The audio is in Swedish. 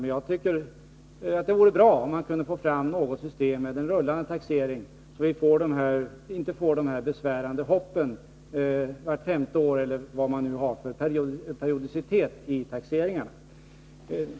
Men jag tycker det vore bra om man kunde få fram ett system med en rullande taxering, så att vi inte får de här besvärande hoppen vart femte år — hur ofta det blir beror på periodiciteten i taxeringarna.